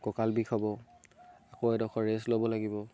কঁকাল বিষ হ'ব আকৌ এডোখৰ ৰেষ্ট ল'ব লাগিব